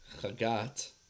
Chagat